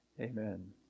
Amen